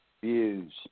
views